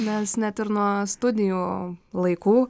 nes net ir nuo studijų laikų